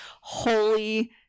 holy